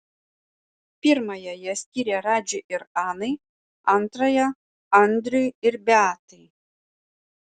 pirmąją jie skyrė radži ir anai antrąją andriui ir beatai